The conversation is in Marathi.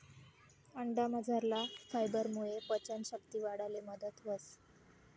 अंडामझरला फायबरमुये पचन शक्ती वाढाले मदत व्हस